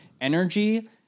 energy